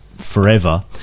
forever